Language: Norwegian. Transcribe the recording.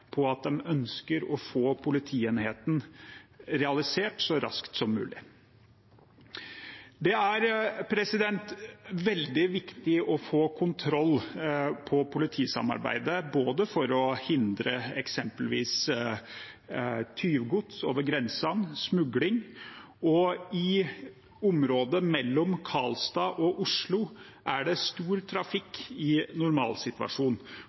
på at de ønsker å få politienheten realisert så raskt som mulig. Det er veldig viktig å få kontroll på politisamarbeidet for å hindre eksempelvis tyvgods å komme over grensen og smugling. I området mellom Karlstad og Oslo er det stor